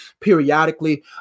periodically